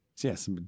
Yes